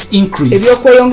increase